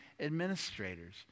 administrators